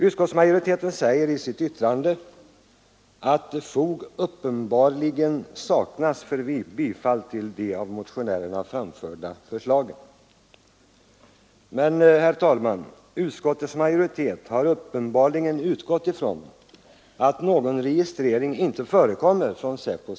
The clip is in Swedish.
Utskottsmajoriteten säger i betänkandet ”att fog uppenbarligen saknas för bifall till de av motionärerna framförda förslagen”, men då har man tydligen utgått från att någon registrering inte förekommer vid SÄPO.